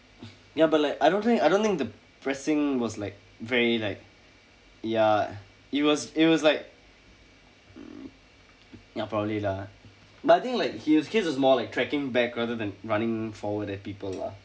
ya but like I don't think I don't think the pressing was like very like ya it was it was like mm ya probably lah but I think like he is case is more like trekking back rather than running forward at people lah